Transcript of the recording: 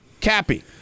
Cappy